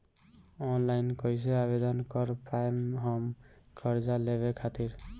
Online कइसे आवेदन कर पाएम हम कर्जा लेवे खातिर?